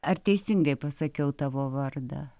ar teisingai pasakiau tavo vardą